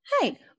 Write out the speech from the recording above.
Hey